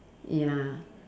ya